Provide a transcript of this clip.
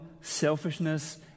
selfishness